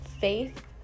faith